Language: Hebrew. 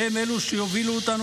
והם שיובילו אותנו,